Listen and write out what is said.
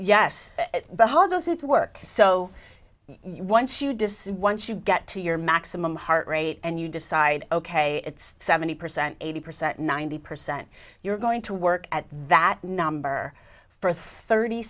yes but how does it work so you once you decide once you get to your maximum heart rate and you decide ok it's seventy percent eighty percent ninety percent you're going to work at that number for thirty